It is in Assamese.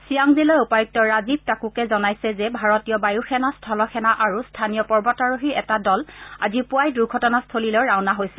ছিয়াং জিলাৰ উপায়ুক্ত ৰাজীৱ টাকুকে জনাই যে ভাৰতীয় বায়ুসেনা স্থলসেনা আৰু স্থানীয় পৰ্বতাৰোহিৰ এটা দল আজি পুৱাই দুৰ্ঘটানস্থলীলৈ ৰাওনা হৈছে